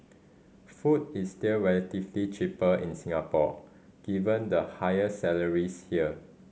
food is still relatively cheaper in Singapore given the higher salaries here